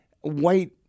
white